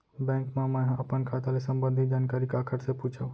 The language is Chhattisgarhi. बैंक मा मैं ह अपन खाता ले संबंधित जानकारी काखर से पूछव?